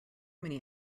many